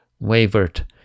wavered